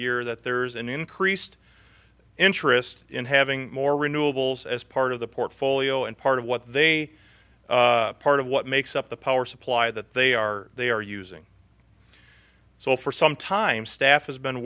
year that there is an increased interest in having more renewables as part of the portfolio and part of what they part of what makes up the power supply that they are they are using so for some time staff has been